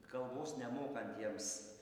kalbos nemokantiems